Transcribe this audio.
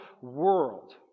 world